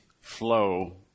flow